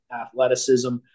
athleticism